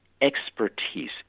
expertise